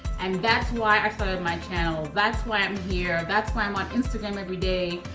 and that's why i started my channel. that's why i'm here. that's why i'm on instagram every day,